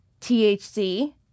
THC